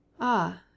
Ah